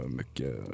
mycket